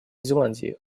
зеландии